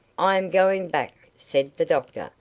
i am going back, said the doctor.